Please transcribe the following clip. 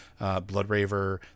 Bloodraver